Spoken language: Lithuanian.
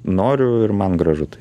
noriu ir man gražu tai